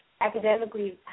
academically